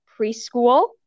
preschool